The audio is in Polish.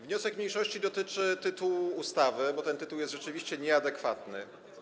Wniosek mniejszości dotyczy tytułu ustawy, bo ten tytuł jest rzeczywiście nieadekwatny.